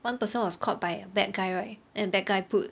one person was caught by a bad guy right and bad guy put